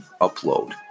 upload